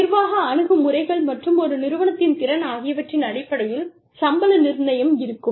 நிர்வாக அணுகுமுறைகள் மற்றும் ஒரு நிறுவனத்தின் திறன் ஆகியவற்றின் அடிப்படையில் சம்பள நிர்ணயம் இருக்கும்